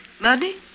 Money